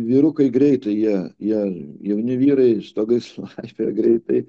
vyrukai greitai jie jei jauni vyrai stogai su aišku greitai